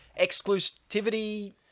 exclusivity